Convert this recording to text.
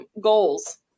goals